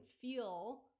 feel